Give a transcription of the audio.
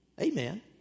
Amen